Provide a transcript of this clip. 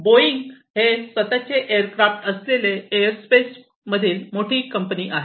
Boeing हे स्वतःचे aircraft असलेली एअर स्पेस मधली मोठी कंपनी आहे